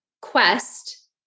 quest